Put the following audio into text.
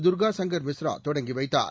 துர்கா சங்கர் மிஸ்ரா தொடங்கிவைத்தார்